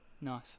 Nice